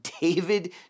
David